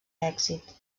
èxit